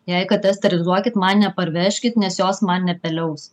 jei kates sterilizuokit man neparvežkit nes jos man nepaliaus